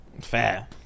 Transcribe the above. fair